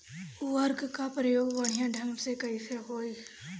उर्वरक क प्रयोग बढ़िया ढंग से कईसे होई?